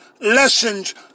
lessons